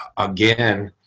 again,